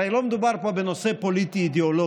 הרי לא מדובר פה בנושא פוליטי-אידיאולוגי,